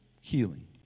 healing